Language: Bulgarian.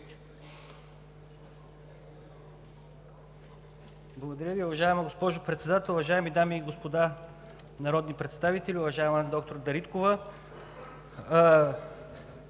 Благодаря Ви, уважаема госпожо Председател. Уважаеми дами и господа народни представители! Уважаема доктор Дариткова,